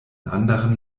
anderen